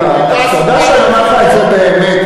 אתה יודע שאני אומר לך את זה באמת.